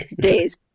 days